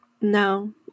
No